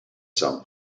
some